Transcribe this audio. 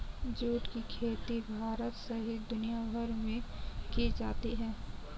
जुट की खेती भारत सहित दुनियाभर में की जाती है